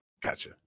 Gotcha